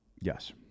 Yes